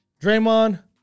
Draymond